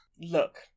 look